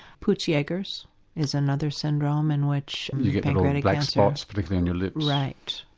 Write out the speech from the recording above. peutz-jeghers is another syndrome in which. you get black spots, particularly on your lips. right.